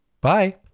Bye